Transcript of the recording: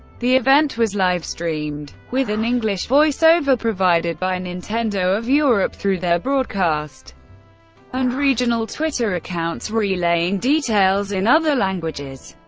the event was livestreamed, with an english voiceover provided by nintendo of europe through their broadcast and regional twitter accounts relaying details in other languages.